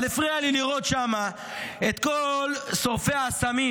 אבל הפריע לי לראות שם את כל שורפי האסמים,